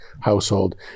household